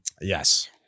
Yes